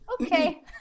okay